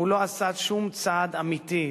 הוא לא עשה שום צעד אמיתי.